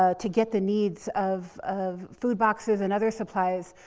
ah to get the needs of, of food boxes and other supplies.